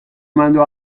mandó